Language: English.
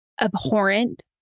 abhorrent